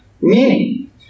meaning